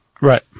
Right